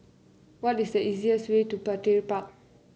what the easiest way to Petir Park